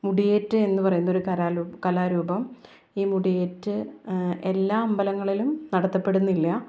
മൂടിയേറ്റ് എന്ന് പറയുന്ന ഒരു കലാരൂപം കലാരൂപം ഈ മൂടിയേറ്റ് എല്ലാ അമ്പലങ്ങളിലും നടത്തപ്പെടുന്നില്ല